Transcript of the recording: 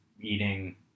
eating